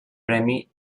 premi